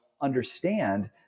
understand